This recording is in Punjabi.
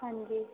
ਹਾਂਜੀ